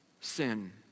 sin